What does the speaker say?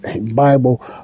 Bible